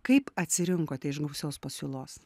kaip atsirinkote iš gausios pasiūlos